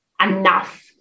enough